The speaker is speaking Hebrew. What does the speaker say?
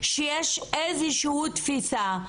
שיש איזו שהיא תפיסה.